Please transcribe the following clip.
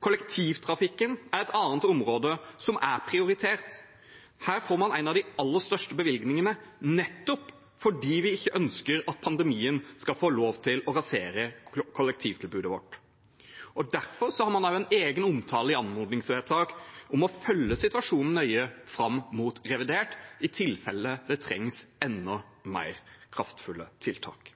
Kollektivtrafikken er et annet område som er prioritert. Her får man en av de aller største bevilgningene nettopp fordi vi ikke ønsker at pandemien skal få lov til å rasere kollektivtilbudet vårt. Derfor har man også en egen omtale i et anmodningsvedtak om å følge situasjonen nøye fram mot revidert i tilfelle det trengs enda mer kraftfulle tiltak.